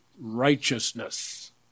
righteousness